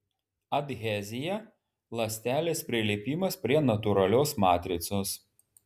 adhezija ląstelės prilipimas prie natūralios matricos